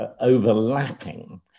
overlapping